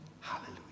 Hallelujah